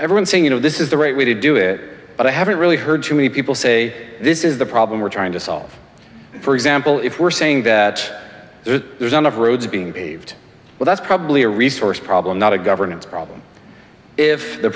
everyone saying you know this is the right way to do it but i haven't really heard too many people say this is the problem we're trying to solve for example if we're saying that there's none of roads being paved well that's probably a resource problem not a governance problem if the